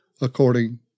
according